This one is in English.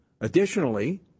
Additionally